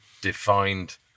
defined